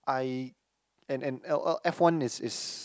I and and oh uh f-one is is